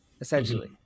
essentially